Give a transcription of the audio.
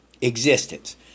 existence